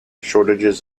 shortages